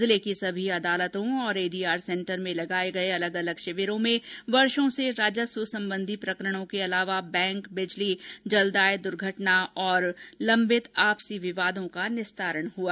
जिले की सभी अदालतों और एडीआर सेंटर में लगाये गये अलग अलग शिविरों में वर्षों से राजस्व संबंधी प्रकरणों के अलावा बैंक बिजली जलदाय दुर्घटना और आपसी विवादों का निस्तारण हुआ